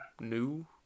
new